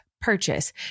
Purchase